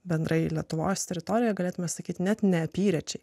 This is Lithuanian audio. bendrai lietuvos teritorijoj galėtume sakyt net ne apyrečiai